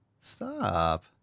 stop